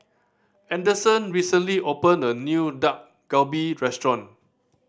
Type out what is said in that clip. Anderson recently opened a new Dak Galbi Restaurant